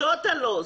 טוטל לוסט,